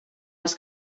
els